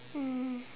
mm